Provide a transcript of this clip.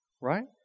right